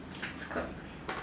it's called